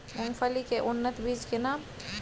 मूंगफली के उन्नत बीज के नाम?